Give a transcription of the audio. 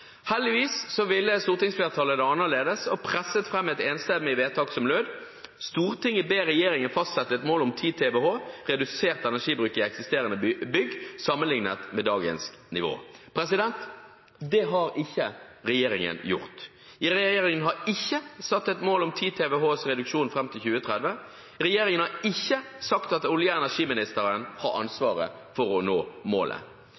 Heldigvis ville stortingsflertallet det annerledes og presset fram et enstemmig vedtak, som lød: «Stortinget ber regjeringen fastsette et mål om 10 TWh redusert energibruk i eksisterende bygg sammenlignet med dagens nivå.» Det har ikke regjeringen gjort. Regjeringen har ikke satt et mål om 10 TWh reduksjon fram til 2030. Regjeringen har ikke sagt at olje- og energiministeren har ansvaret for å nå målet.